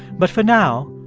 but for now,